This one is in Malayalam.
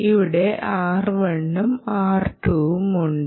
ഇവിടെ R1ഉം R2ഉം ഉണ്ട്